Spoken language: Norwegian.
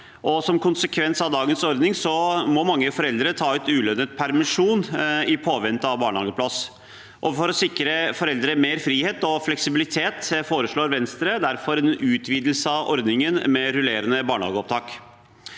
Som konsekvens av dagens ordning må mange foreldre ta ut ulønnet permisjon i påvente av barnehageplass. For å sikre foreldre mer frihet og fleksibilitet foreslår Venstre derfor en utvidelse av ordningen med rullerende barnehageopptak.